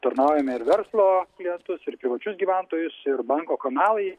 tarnaujame ir verslo klientus ir privačius gyventojus ir banko kanalai